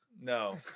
No